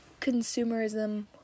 consumerism